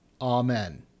Amen